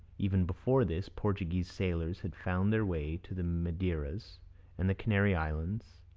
even before this, portuguese sailors had found their way to the madeiras and the canary islands,